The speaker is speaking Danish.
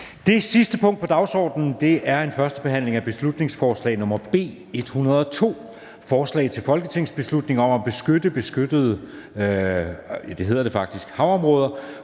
Det sidste punkt på dagsordenen er: 17) 1. behandling af beslutningsforslag nr. B 102: Forslag til folketingsbeslutning om at beskytte beskyttede havområder